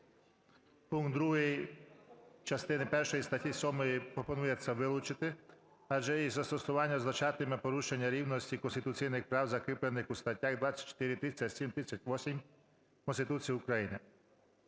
Пункт 2) частини першої статті 7 пропонується вилучити, адже її застосування означатиме порушення рівності конституційних прав, закріплених у статтях 24, 37, 38 Конституції України.